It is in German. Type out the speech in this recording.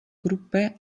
gruppe